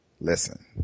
Listen